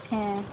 ए